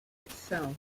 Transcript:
itself